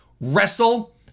wrestle